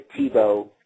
Tebow